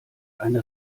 eine